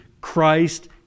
Christ